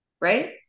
right